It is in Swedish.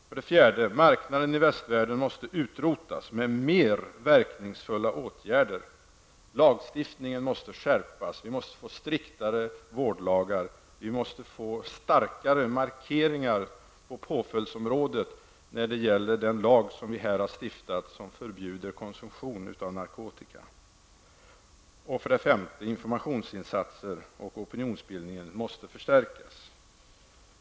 För det fjärde måste marknaden i västvärlden utrotas genom mer verkningsfulla åtgärder. Lagstiftningen måste skärpas. Vi måste få striktare vårdlagar och starkare markeringar på påföljdsområdet när det gäller den lag som vi i Sverige har stiftat som förbjuder konsumtion av narkotika. För det femte måste informationsinsatser och opinionsbildning förstärkas.